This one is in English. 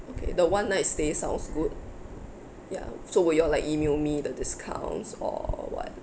okay the one night stay sounds good ya so would you all like email me the discounts or what